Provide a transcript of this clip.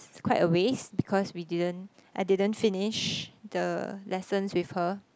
is quite a waste because we didn't I didn't finish the lessons with her